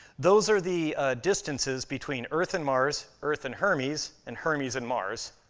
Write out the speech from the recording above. those are the distances between earth and mars, earth and hermes, and hermes and mars.